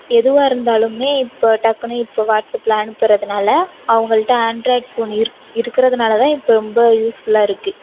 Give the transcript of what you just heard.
எதுவாக இருந்தாலும் இப்போ டக்குனு இப்போ வாட்ஸ்ஆப்பில் அனுப்புறதினால அவங்கள்ட்ட ஆண்ட்ராய்ட் ஃபோன் இருக்கிறதுனாலதான் இப்போ ரொம்ப யூஸ்ஃபுல்லாக இருக்கு